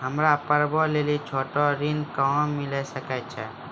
हमरा पर्वो लेली छोटो ऋण कहां मिली सकै छै?